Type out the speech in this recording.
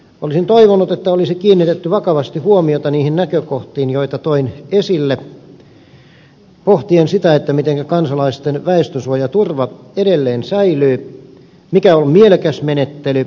olisin toivonut että olisi kiinnitetty vakavasti huomiota niihin näkökohtiin joita toin esille pohtien sitä mitenkä kansalaisten väestönsuojaturva edelleen säilyy mikä on mielekäs menettely